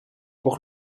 word